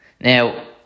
now